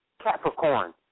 Capricorn